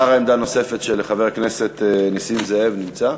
לאחר עמדה נוספת של חבר הכנסת נסים זאב, נמצא?